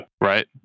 right